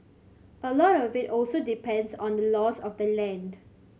a lot of it also depends on the laws of the land